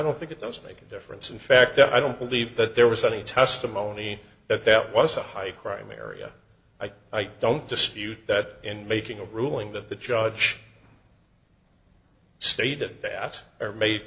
don't think it does make a difference in fact i don't believe that there was any testimony that that was a high crime area i don't dispute that in making a ruling that the judge stated that or made